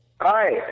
Hi